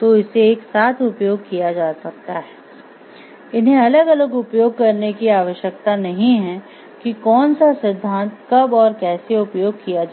तो इसे एक साथ उपयोग किया जा सकता है इन्हें अलग अलग उपयोग करने की आवश्यकता नहीं है कि कौन सा सिद्धांत कब और कैसे उपयोग किया जाएगा